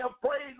praise